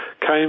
came